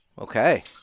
Okay